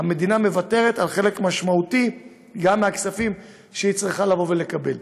המדינה מוותרת על חלק משמעותי מהכספים שהיא צריכה לקבל.